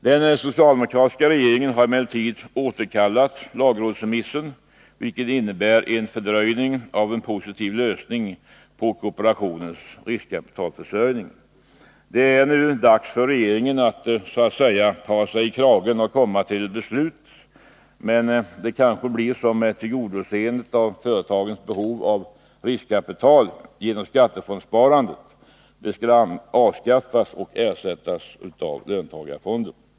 Den socialdemokratiska regeringen har emellertid återkallat lagrådsremissen, vilket innebär en fördröjning av en positiv lösning när det gäller kooperationens riskkapitalförsörjning. Det är nu dags för regeringen att så att säga ta sig i kragen och komma till beslut. Men det kanske blir som med tillgodoseendet av företagens behov av riskkapital genom skattefondssparandet — det skall avskaffas och ersättas av löntagarfonder.